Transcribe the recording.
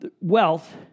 Wealth